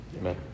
Amen